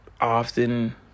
often